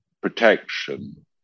protection